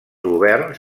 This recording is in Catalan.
governs